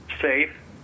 safe